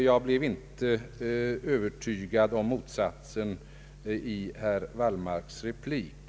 Jag blev inte övertygad om motsatsen genom herr Wallmarks replik.